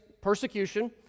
persecution